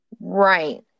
Right